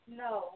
no